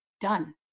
done